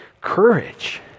courage